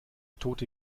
tote